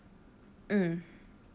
mm